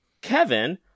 Kevin